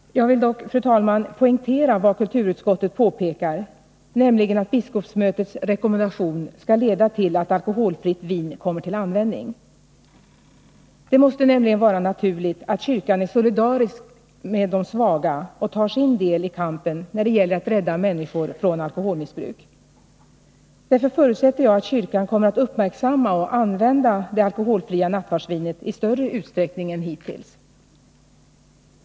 Jag vill dock poängtera vad kulturutskottet påpekar, nämligen att biskopsmötets rekommendation skall leda till att alkoholfritt vin kommer till användning. Det måste nämligen vara naturligt att kyrkan är solidarisk med de svaga och tar sin del i kampen när det gäller att rädda människor från 57 alkoholmissbruk. Därför förutsätter jag att kyrkan kommer att uppmärksamma och använda det alkoholfria nattvardsvinet i större utsträckning än hittills.